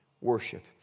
worship